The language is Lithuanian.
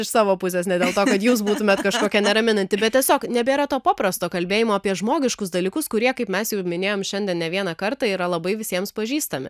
iš savo pusės ne dėl to kad jūs būtumėt kažkokia neraminanti bet tiesiog nebėra to paprasto kalbėjimo apie žmogiškus dalykus kurie kaip mes jau ir minėjom šiandien ne vieną kartą yra labai visiems pažįstami